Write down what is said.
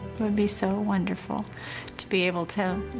it would be so wonderful to be able to